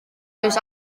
oes